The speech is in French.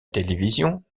télévision